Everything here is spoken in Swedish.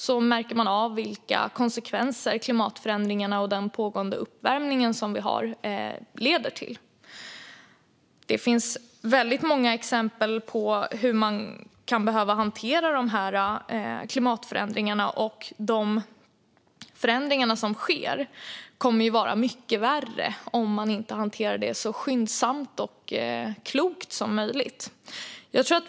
Man märker av vilka konsekvenser som klimatförändringarna och den pågående uppvärmning vi har leder till. Det finns väldigt många exempel på hur man kan behöva hantera klimatförändringarna. De förändringar som sker kommer att vara mycket värre om man inte hanterar dem så skyndsamt och klokt som möjligt.